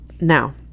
now